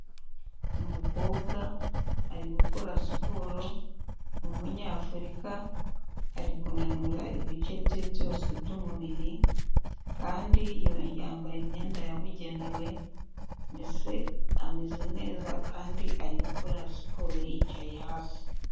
Umukobwa ari gukora siporo, ni Umunyafurika ari kunanura ibice bye byose by'umubiri kandi yambaye imyenda yabugenewe mbese ameze neza kandi ari gukora siporo yicaye hasi.